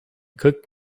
cooked